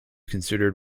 considered